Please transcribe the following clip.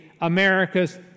America's